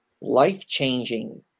life-changing